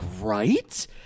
right